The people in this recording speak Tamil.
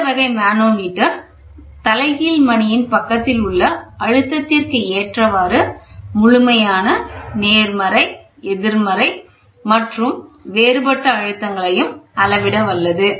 இந்த வகை மானோமீட்டர் தலைகீழ் மணியின் பக்கத்தில் உள்ள அழுத்தத்திற்கு ஏற்றவாறு முழுமையான நேர்மறை எதிர்மறை மற்றும் வேறுபட்ட அழுத்தங்களை அளவிட வல்லது